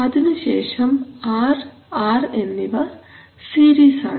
അതിനുശേഷം R R എന്നിവ series ആണ്